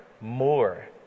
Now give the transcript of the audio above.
more